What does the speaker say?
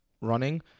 running